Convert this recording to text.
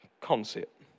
concept